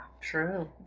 True